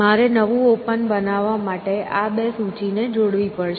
મારે નવું ઓપન બનાવવા માટે આ બે સૂચિને જોડવી પડશે